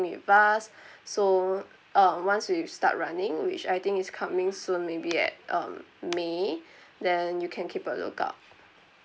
with us so uh once we start running which I think it's coming soon maybe at um may then you can keep a lookout